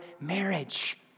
marriage